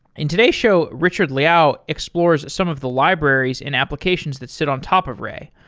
in today's show, richard liaw ah explores some of the libraries and applications that sit on top of ray.